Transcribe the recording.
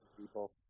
people